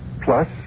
plus